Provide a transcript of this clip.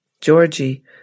Georgie